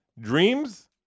dreams